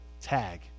tag